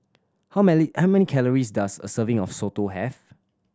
how many how many calories does a serving of soto have